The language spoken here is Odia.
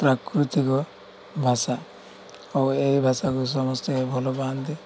ପ୍ରାକୃତିକ ଭାଷା ଆଉ ଏ ଭାଷାକୁ ସମସ୍ତେ ଭଲ ପାଆନ୍ତି